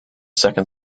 second